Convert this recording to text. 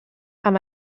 amb